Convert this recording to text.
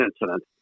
incident